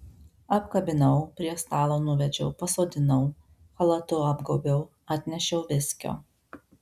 apkabinau prie stalo nuvedžiau pasodinau chalatu apgaubiau atnešiau viskio